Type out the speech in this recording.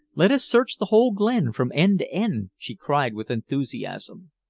let us search the whole glen from end to end, she cried with enthusiasm.